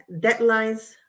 deadlines